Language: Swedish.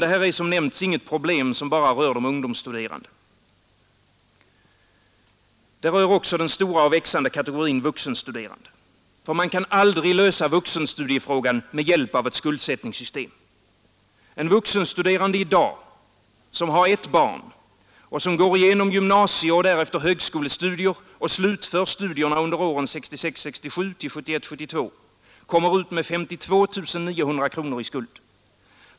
Detta är som nämnts inget problem som bara rör de ungdomsstuderande. Det rör också den stora och växande kategorin vuxenstuderande. Man kan aldrig lösa vuxenstudiefrågan med hjälp av skuldsättningssystem. En vuxenstuderande i dag som har ett barn och går genom gymnasieoch därefter högskolestudier och slutför studierna under åren 1966 72 kommer ut med 52 900 kronor i skuld.